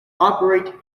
operate